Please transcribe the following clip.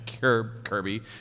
Kirby